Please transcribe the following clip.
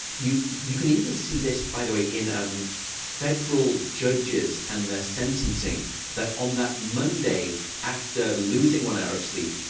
you you can even see this, by the way, in um federal judges and their sentencing that on that monday after losing one hour of sleep,